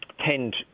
tend